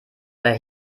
der